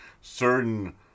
certain